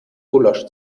gulasch